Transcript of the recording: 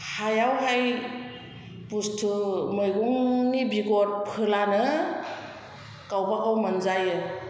हायावहाय बुस्थु मैगंनि बेगर फोब्लानो गावबागाव मोनजायो